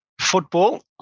Football